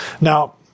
Now